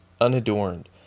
unadorned